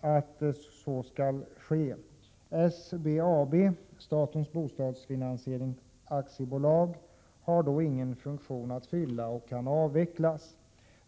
att så skall ske. SBAB, Statens Bostadsfinansieringsaktiebolag, har då ingen funktion att fylla och kan avvecklas.